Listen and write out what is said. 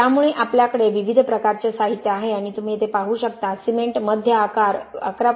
त्यामुळे आपल्याकडे विविध प्रकारचे साहित्य आहेत आणि तुम्ही येथे पाहू शकता सिमेंट मध्य आकार 11